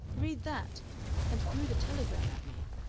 read that and threw the telegram at me,